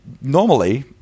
normally